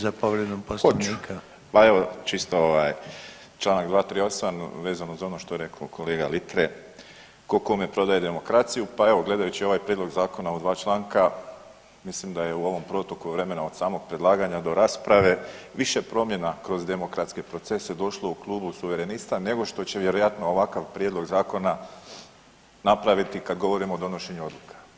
Pa evo, čisto ovaj, čl. 238, vezano za ono što je rekao kolega Litre tko kome prodaje demokraciju pa evo, gledajući ovaj prijedlog zakona u dva članka, mislim da je i u ovom proteku vremena od samog predlaganja do rasprave više promjena kroz demokratske procese došlo u Klubu suverenista nego što će vjerojatno ovakav prijedlog zakona napraviti kad govorimo o donošenju odluka.